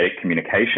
communication